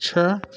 छः